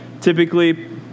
Typically